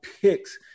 picks